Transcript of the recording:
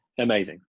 Amazing